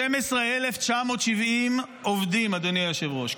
12,970 עובדים, אדוני היושב-ראש.